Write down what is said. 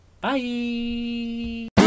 bye